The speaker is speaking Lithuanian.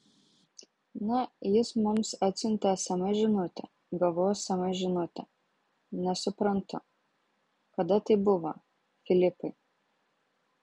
na jis mums atsiuntė sms žinutę gavau sms žinutę nesuprantu kada tai buvo filipai